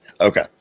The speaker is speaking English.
Okay